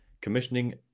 Commissioning